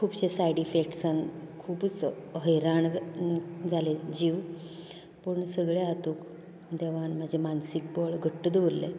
खुबशें सायडइफेक्ट्स जावन खूबच हैराण जाले जीव पूण सगळें हातूंक देवान म्हाजें मानसीक बळ घट्ट दवरलें